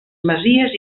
masies